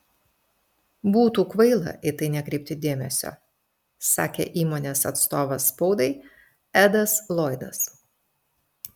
būtų kvaila į tai nekreipti dėmesio sakė įmonės atstovas spaudai edas loydas